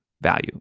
value